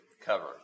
cover